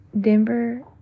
Denver